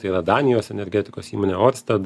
tai yra danijos energetikos įmonė octed